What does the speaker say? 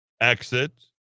exit